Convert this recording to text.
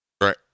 Right